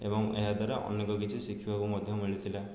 ଏବଂ ଏହାଦ୍ଵାରା ଅନେକ କିଛି ଶିଖିବାକୁ ମଧ୍ୟ ମିଳିଥିଲା